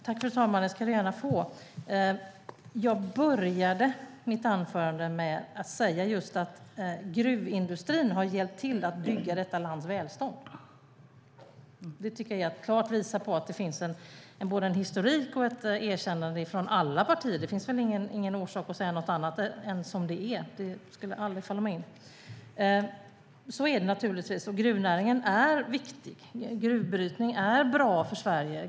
Fru talman! Det ska du gärna få, Karin Åström. Jag började mitt anförande med att säga att gruvindustrin har hjälpt till att bygga detta lands välfärd. Det visar klart att det finns både en historik och ett erkännande från alla partier. Det finns väl ingen orsak att säga något annat än som det är - det skulle aldrig falla mig in. Så är det naturligtvis. Gruvnäringen är viktig. Gruvbrytning är bra för Sverige.